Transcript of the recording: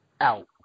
out